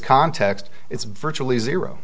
context it's virtually zero